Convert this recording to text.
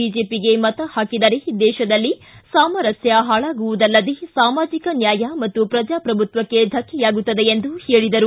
ಬಿಜೆಪಿಗೆ ಮತ ಹಾಕಿದರೆ ದೇತದಲ್ಲಿ ಸಾಮರಸ್ಕ ಹಾಳಾಗುವುದಲ್ಲದೆ ಸಾಮಾಜಿಕ ನ್ಯಾಯ ಮತ್ತು ಪ್ರಜಾಪ್ರಭುತ್ವಕ್ಷೆ ಧಕ್ಕೆಯಾಗುತ್ತದೆ ಎಂದು ಹೇಳಿದರು